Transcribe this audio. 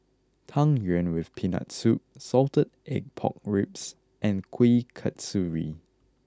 Tang Yuen with Peanut Soup Salted Egg Pork Ribs and Kuih Kasturi